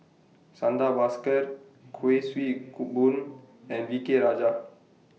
Santha Bhaskar Kuik Swee Boon and V K Rajah